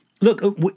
Look